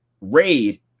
raid